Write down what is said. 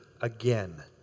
again